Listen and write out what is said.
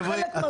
זה חלק מהפתרון.